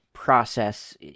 process